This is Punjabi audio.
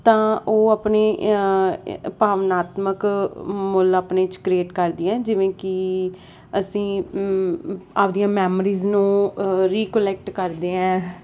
ਤਾਂ ਉਹ ਆਪਣੀ ਇਹ ਭਾਵਨਾਤਮਕ ਮੁੱਲ ਆਪਣੇ 'ਚ ਕ੍ਰੀਏਟ ਕਰਦੀ ਹੈ ਜਿਵੇਂ ਕਿ ਅਸੀਂ ਆਪਣੀਆਂ ਮੈਮਰੀਜ਼ ਨੂੰ ਰੀਕੋਲੈਕਟ ਕਰਦੇ ਹੈ